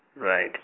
Right